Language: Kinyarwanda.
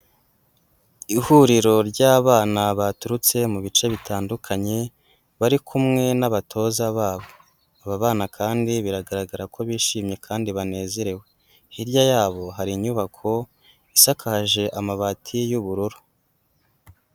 Ihuriro ry'abana baturutse mu bice bitandukanye, bari kumwe n'abatoza babo, aba bana kandi biragaragara ko bishimye kandi banezerewe, hirya yabo hari inyubako isakaje amabati y'ubururu.